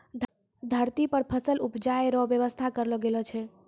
धरती पर फसल उपजाय रो व्यवस्था करलो गेलो छै